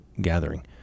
gathering